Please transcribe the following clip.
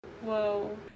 Whoa